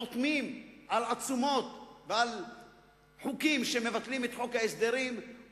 חותמים על עצומות ועל חוקים שמבטלים את חוק ההסדרים,